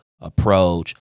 approach